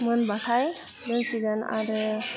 मोनबाथाय लोंसिगोन आरो